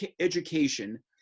education